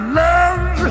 love